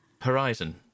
Horizon